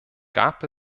gab